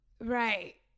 Right